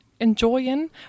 enjoying